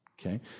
Okay